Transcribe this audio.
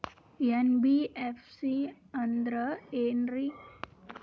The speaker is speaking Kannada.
ಎನ್.ಬಿ.ಎಫ್.ಸಿ ಅಂದ್ರ ಏನ್ರೀ?